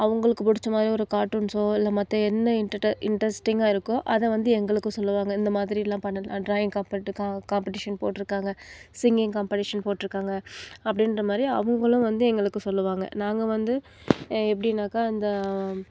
அவங்களுக்கு பிடிச்ச மாதிரி ஒரு கார்ட்டூன்ஸோ இல்லை மற்ற என்ன இன்ட்டடர் இன்ட்ரஸ்டிங்காக இருக்கோ அதை வந்து எங்களுக்கும் சொல்லுவாங்க இந்த மாதிரி எல்லாம் பண்ணலாம் டிராயிங் காம்ப்பட்டிஷன் போட் இருக்காங்க சிங்கிங் காம்ப்பட்டிஷன் போட் இருக்காங்க அப்படின்ற மாதிரி அவங்களும் வந்து எங்களுக்கு சொல்லுவாங்க நாங்கள் வந்து எப்படின்னாக்கா இந்த